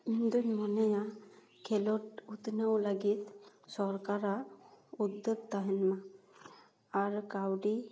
ᱤᱧ ᱫᱚᱹᱧ ᱢᱚᱱᱮᱭᱟ ᱠᱷᱮᱞᱳᱰ ᱩᱛᱱᱟᱹᱣ ᱞᱟᱹᱜᱤᱫ ᱥᱚᱨᱠᱟᱨᱟᱜ ᱩᱫᱽᱫᱟᱹᱜ ᱛᱟᱦᱮᱱ ᱢᱟ ᱟᱨ ᱠᱟᱹᱣᱰᱤ